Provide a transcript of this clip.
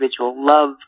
love